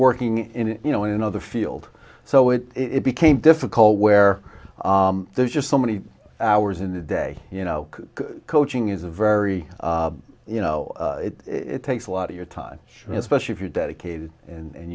working in you know in another field so it it became difficult where there's just so many hours in the day you know coaching is a very you know it takes a lot of your time especially if you're dedicated and